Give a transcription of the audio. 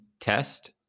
test